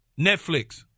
Netflix